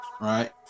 right